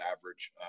average